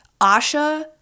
Asha